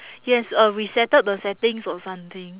he has uh resetted the settings or something